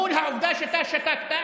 מול העובדה שאתה שתקת,